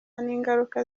n’ingaruka